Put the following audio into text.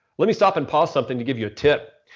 let me stop and pause something to give you a tip.